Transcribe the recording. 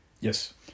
Yes